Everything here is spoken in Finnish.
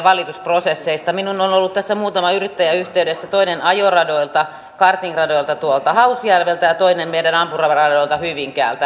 minuun on ollut muutama yrittäjä yhteydessä toinen ajoradoilta kartingradoilta tuolta hausjärveltä ja toinen meidän ampumaradalta hyvinkäältä